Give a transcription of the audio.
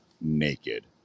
naked